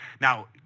Now